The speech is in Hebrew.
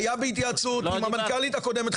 היה בהתייעצות עם המנכ"לית הקודמת,